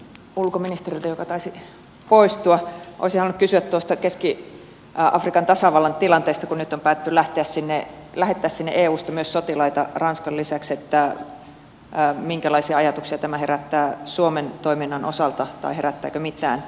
ulkoministeriltä joka taisi poistua olisin halunnut vielä kysyä tuosta keski afrikan tasavallan tilanteesta kun nyt on päätetty lähettää sinne eusta myös sotilaita ranskan lisäksi että minkälaisia ajatuksia tämä herättää suomen toiminnan osalta tai herättääkö mitään